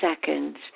seconds